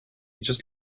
just